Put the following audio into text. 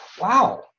Wow